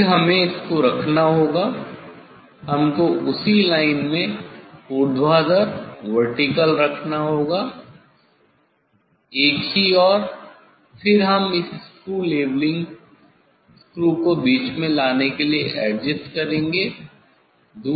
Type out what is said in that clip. फिर हमें इसको रखना होगा इसको हमें उसी लाइन में ऊर्ध्वाधर वर्टिकल रखना होगा एक ही और फिर हम इस स्क्रू लेवलिंग स्क्रू को बीच में लाने के लिए एडजस्ट करेंगे